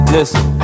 Listen